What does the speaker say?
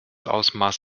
ausmaß